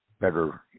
better